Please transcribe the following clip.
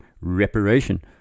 reparation